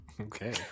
okay